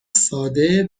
ساده